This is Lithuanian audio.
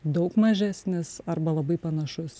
daug mažesnis arba labai panašus